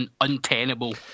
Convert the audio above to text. untenable